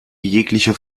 jeglicher